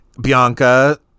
Bianca